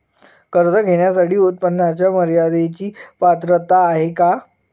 कर्ज घेण्यासाठी उत्पन्नाच्या मर्यदेची पात्रता आहे का?